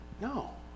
No